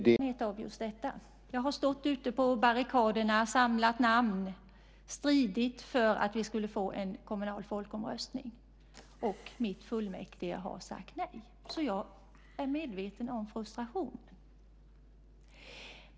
Herr talman! Även här har jag en personlig erfarenhet. Jag har stått ute på barrikaderna, samlat namn och stridit för att vi skulle få en kommunal folkomröstning, och mitt fullmäktige sade nej. Jag är medveten om frustrationen.